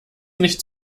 nicht